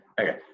Okay